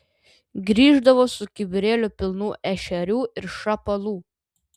grįždavo su kibirėliu pilnu ešerių ir šapalų